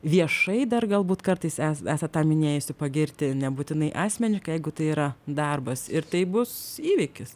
viešai dar galbūt kartais es esat tą minėjusi pagirti nebūtinai asmeniškai jeigu tai yra darbas ir tai bus įvykis